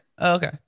Okay